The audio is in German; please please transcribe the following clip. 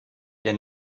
der